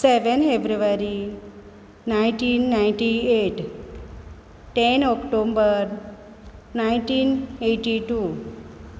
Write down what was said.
seven February nineteen ninety eight ten October nineteen eighty two